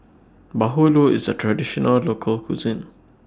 Bahulu IS A Traditional Local Cuisine